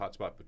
hotspot